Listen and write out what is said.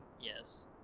Yes